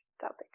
topic